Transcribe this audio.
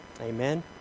Amen